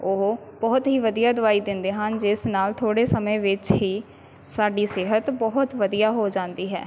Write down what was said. ਓਹ ਬਹੁਤ ਹੀ ਵਧੀਆ ਦਵਾਈ ਦਿੰਦੇ ਹਨ ਜਿਸ ਨਾਲ ਥੋੜ੍ਹੇ ਸਮੇਂ ਵਿੱਚ ਹੀ ਸਾਡੀ ਸਿਹਤ ਬਹੁਤ ਵਧੀਆ ਹੋ ਜਾਂਦੀ ਹੈ